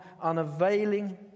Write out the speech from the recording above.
unavailing